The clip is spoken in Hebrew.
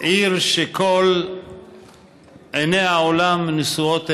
עיר שעיני כל העולם נשואות אליה.